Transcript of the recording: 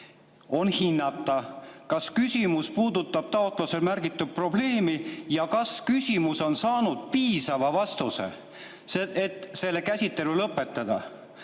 on hinnata, kas küsimus puudutab taotluses märgitud probleemi ja kas küsimus on saanud piisava vastuse, et selle käsitlemine lõpetada.